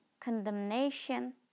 condemnation